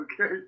Okay